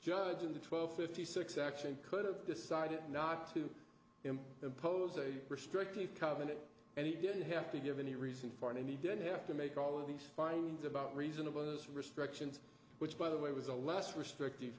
judge in the twelve fifty six action could have decided not to impose a restrictive covenant and he didn't have to give any reason for it and he didn't have to make all these findings about reasonableness restrictions which by the way was a less restrictive